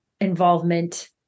involvement